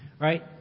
Right